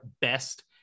best